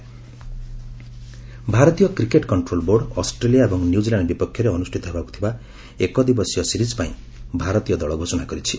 BCI cricket ଭାରତୀୟ cricket control board Australia ଏବଂ New Zealand ବିପକ୍ଷରେ ଅନୁଷ୍ଠିତ ହେବାକୁ ଥିବା ଏକ ଦିବସୀୟ ସିରିଜ୍ ପାଇଁ ଭାରତୀୟ ଦଳ ଘୋଷଣା କରିଛି